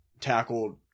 tackled